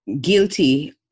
guilty